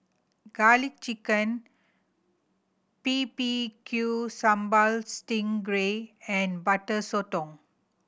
Garlic Chicken B B Q Sambal sting gray and Butter Sotong